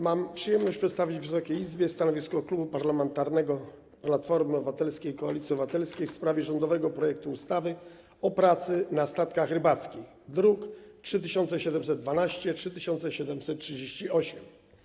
Mam przyjemność przedstawić Wysokiej Izbie stanowisko Klubu Parlamentarnego Platforma Obywatelska - Koalicja Obywatelska w sprawie rządowego projektu ustawy o pracy na statkach rybackich, druki nr 3712 i 3738.